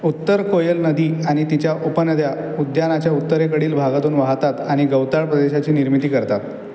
उत्तर कोयल नदी आणि तिच्या उपनद्या उद्यानाच्या उत्तरेकडील भागातून वाहतात आणि गवताळ प्रदेशाची निर्मिती करतात